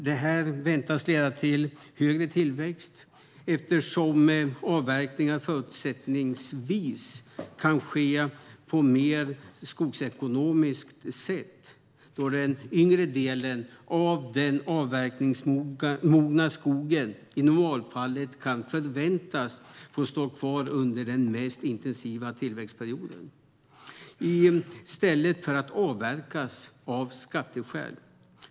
Detta väntas leda till högre tillväxt eftersom avverkningar fortsättningsvis kan ske på ett mer skogsekonomiskt sätt, då den yngre delen av den avverkningsmogna skogen i normalfallet kan förväntas få stå kvar under den mest intensiva tillväxtperioden i stället för att avverkas av skatteskäl.